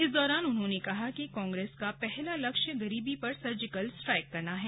इस दौरान उन्होंने कहा कि कांग्रेस का पहला लक्ष्य गरीबी पर सर्जिकल स्ट्राइक करना है